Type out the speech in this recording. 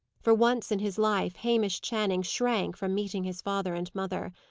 for once in his life, hamish channing shrank from meeting his father and mother.